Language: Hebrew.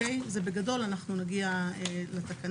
זה בגדול, אנחנו נגיע לתקנה.